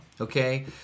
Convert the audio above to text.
okay